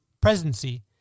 presidency